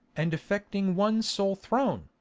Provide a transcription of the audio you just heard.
and affecting one sole throne,